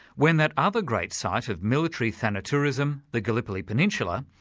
when that other great site of military thanatourism, the gallipoli peninsula,